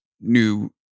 new